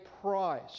price